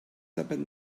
depèn